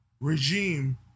regime